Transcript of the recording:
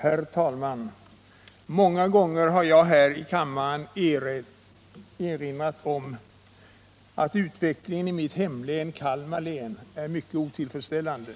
Herr talman! Många gånger har jag här i kammaren erinrat om att utvecklingen i mitt hemlän Kalmar län är mycket otillfredsställande.